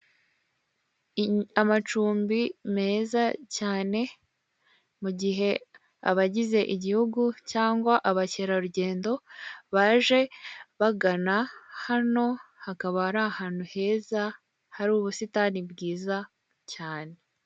Amacumbi meza cyane mugihe abagize igihugu cyangwa abakerarugendo baje bagana hano hakaba ari ahantu heza hari ubusitani bwiza cyane.